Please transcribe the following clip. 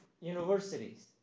universities